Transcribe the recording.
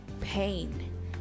pain